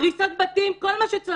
הריסת בתים, כל מה שצריך.